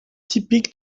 typique